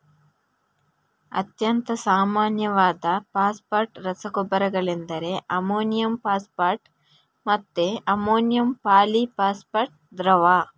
ಅತ್ಯಂತ ಸಾಮಾನ್ಯವಾದ ಫಾಸ್ಫೇಟ್ ರಸಗೊಬ್ಬರಗಳೆಂದರೆ ಅಮೋನಿಯಂ ಫಾಸ್ಫೇಟ್ ಮತ್ತೆ ಅಮೋನಿಯಂ ಪಾಲಿ ಫಾಸ್ಫೇಟ್ ದ್ರವ